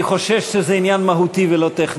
אני חושש שזה עניין מהותי ולא טכני.